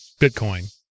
Bitcoin